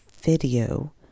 video